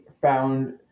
found